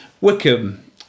Wickham